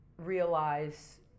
Realize